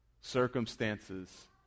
circumstances